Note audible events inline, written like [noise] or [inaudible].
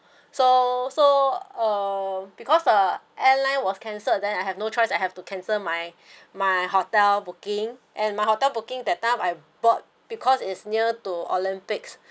[breath] so so uh because the airline was cancelled then I have no choice I have to cancel my my hotel booking and my hotel booking that time I bought because is near to Olympics